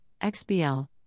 XBL